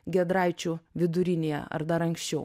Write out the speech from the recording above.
giedraičių vidurinėje ar dar anksčiau